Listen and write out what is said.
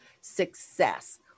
success